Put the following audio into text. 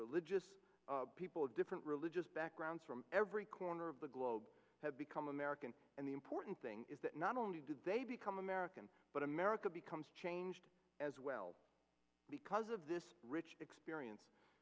religious people of different religious backgrounds from every corner of the globe have become american and the important thing is that not only do they become american but america becomes changed as well because of this rich experience